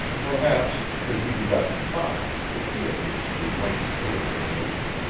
perhaps, could he be got to talk, the key of the mystery might be put in my hands.